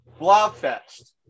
Blobfest